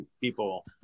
people